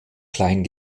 klein